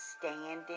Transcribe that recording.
standing